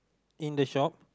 in the shop